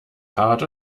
fahrrad